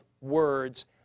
words